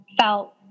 felt